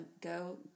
go